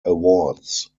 awards